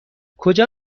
کجا